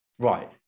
Right